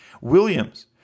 Williams